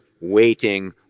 waiting